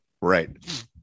right